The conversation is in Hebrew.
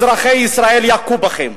אזרחי ישראל יכו בכם.